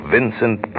Vincent